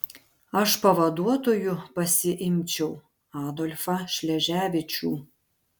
aš pavaduotoju pasiimčiau adolfą šleževičių